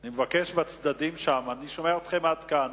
אני מבקש בצדדים שם, אני שומע אתכם עד כאן.